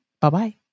bye-bye